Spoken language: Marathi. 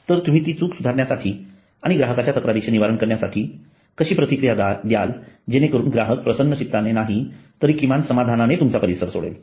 तर तुम्ही ती चूक सुधारण्यासाठी आणि ग्राहकाच्या तक्रारीचे निवारण करण्यासाठी कशी प्रतिक्रिया द्याल जेणेकरून ग्राहक प्रसन्न चित्ताने नाही तरी किमान समाधानाने तुमचा परिसर सोडेल